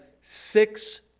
six